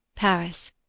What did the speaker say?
paris,